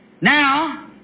Now